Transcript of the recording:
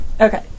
Okay